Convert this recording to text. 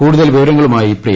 കൂടുതൽ വിവരങ്ങളുമായി പ്രിയ